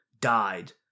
died